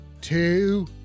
two